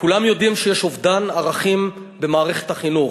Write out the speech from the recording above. כולם יודעים שיש אובדן ערכים במערכת החינוך,